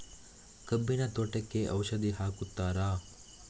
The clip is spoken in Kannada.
ಕಬ್ಬಿನ ತೋಟಕ್ಕೆ ಔಷಧಿ ಹಾಕುತ್ತಾರಾ?